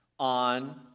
on